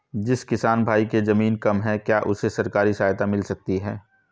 जिस किसान भाई के ज़मीन कम है क्या उसे सरकारी सहायता मिल सकती है?